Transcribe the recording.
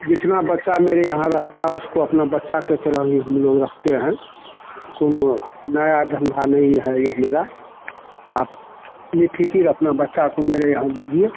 जितना बच्चा मेरे यहाँ रहता है उसको अपना बच्चा के तरह ही हम लोग रखते हैं कौनो नया धंधा नहीं है यह मेरा आप बेफिकिर अपना बच्चा को मेरे यहाँ दीजिए